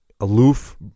aloof